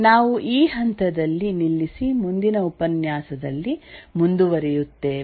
ನಾವು ಈ ಹಂತದಲ್ಲಿ ನಿಲ್ಲಿಸಿ ಮುಂದಿನ ಉಪನ್ಯಾಸದಲ್ಲಿ ಮುಂದುವರಿಯುತ್ತೇವೆ